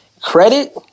credit